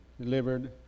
delivered